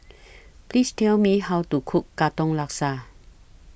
Please Tell Me How to Cook Katong Laksa